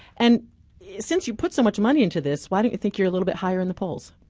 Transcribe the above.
and since you put so much money into this, why don't you think you're a little bit higher in the polls?